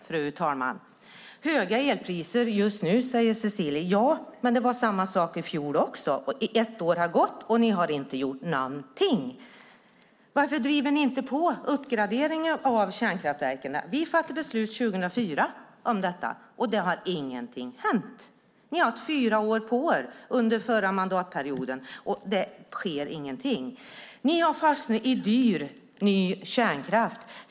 Fru talman! Vi har höga elpriser just nu, säger Cecilie Tenfjord-Toftby. Ja, men det var samma sak i fjol också. Ett år har gått, och ni har inte gjort någonting. Varför driver ni inte på uppgraderingen av kärnkraftverken? Vi fattade beslut om detta 2004, men ingenting har hänt. Ni har haft fyra år på er under den förra mandatperioden, och det sker ingenting. Ni har fastnat i dyr, ny kärnkraft.